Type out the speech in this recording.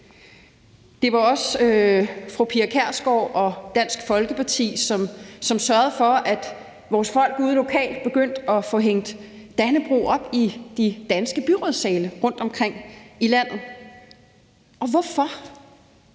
Det var også fru Pia Kjærsgaard og Dansk Folkeparti, som sørgede for, at vores folk ude lokalt begyndte at få hængt Dannebrog op i de danske byrådssale rundtomkring i landet. Og hvorfor?